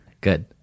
Good